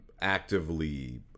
actively